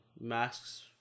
masks